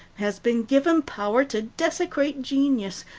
has been given power to desecrate genius,